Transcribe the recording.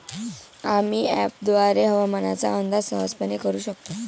आम्ही अँपपद्वारे हवामानाचा अंदाज सहजपणे करू शकतो